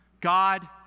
God